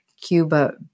Cuba